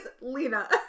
Lena